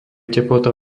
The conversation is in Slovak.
teplota